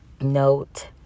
note